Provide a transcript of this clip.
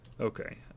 Okay